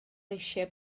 eisiau